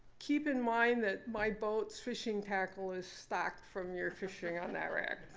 keep in mind that my boat's fishing tackle is stocked from your fishing on that wreck.